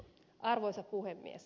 arvoisa puhemies